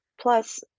Plus